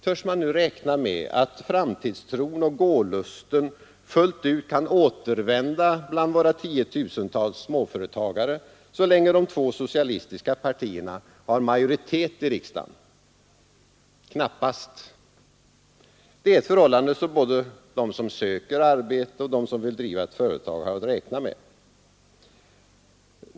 Törs man räkna med att framtidstron och gålusten fullt ut kan återvända bland våra tiotusentals småföretagare så länge de två socialistiska partierna har majoritet i riksdagen? Knappast! Det är ett förhållande, som både de som söker arbete och de som vill driva ett företag har att räkna med.